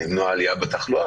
עלייה בתחלואה,